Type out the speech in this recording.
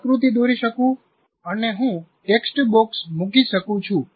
હું આકૃતિ દોરી શકું છું અને હું ટેક્સ્ટબોક્સ મૂકી શકું છું